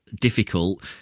difficult